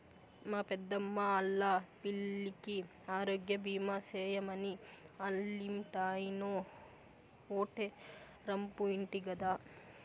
మా పెద్దమ్మా ఆల్లా పిల్లికి ఆరోగ్యబీమా సేయమని ఆల్లింటాయినో ఓటే రంపు ఇంటి గదా